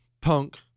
punk